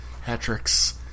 Hat-tricks